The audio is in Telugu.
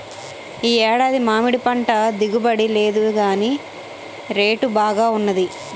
ఈ ఏడాది మామిడిపంట దిగుబడి లేదుగాని రేటు బాగా వున్నది